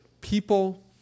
people